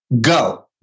Go